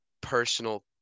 personal